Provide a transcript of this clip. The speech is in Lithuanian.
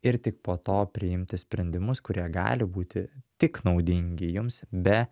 ir tik po to priimti sprendimus kurie gali būti tik naudingi jums be